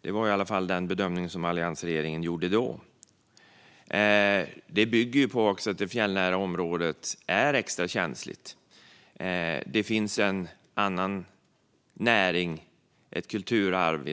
Det var i varje fall den bedömning som alliansregeringen gjorde då. Det bygger på att det fjällnära området är extra känsligt. Det finns en annan näring, ett kulturarv.